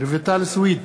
רויטל סויד,